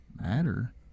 matter